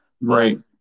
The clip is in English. Right